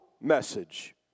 message